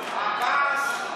כן.